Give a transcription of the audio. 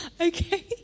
Okay